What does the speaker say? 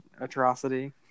atrocity